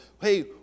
hey